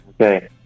Okay